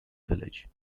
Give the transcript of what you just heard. village